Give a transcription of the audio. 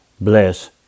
bless